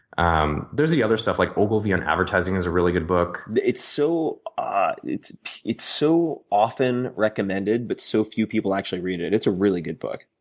um there is the other stuff like ogilvie and advertising is a really good book it's so ah it's it's so often recommended but so few people actually read it. it's a really good book.